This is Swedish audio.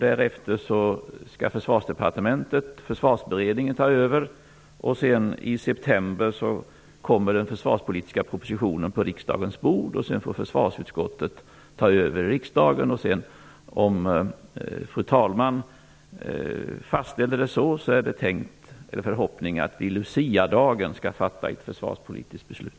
Därefter skall Försvarsdepartementet och Försvarsberedningen ta över. I september kommer sedan den försvarspolitiska propositionen på riksdagens bord. Därefter får försvarsutskottet ta över i riksdagen, och sedan, om fru talmannen fastställer det så, är det en förhoppning att vi Luciadagen skall fatta ett försvarspolitiskt beslut.